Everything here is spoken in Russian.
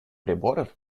приборов